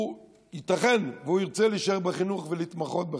ייתכן שירצה להישאר בחינוך ולהתמחות בחינוך.